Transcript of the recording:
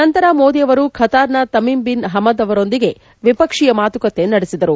ನಂತರ ಮೋದಿ ಅವರು ಖತಾರ್ನ ತಮೀಮ್ ಬಿನ್ ಪಮದ್ ಅವರೊಂದಿಗೆ ದ್ವಿಪಕ್ಷೀಯ ಮಾತುಕತೆ ನಡೆಸಿದರು